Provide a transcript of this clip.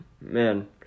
man